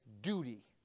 duty